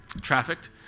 trafficked